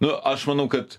nu aš manau kad